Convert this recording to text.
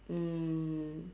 um